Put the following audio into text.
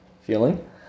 feeling